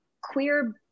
queer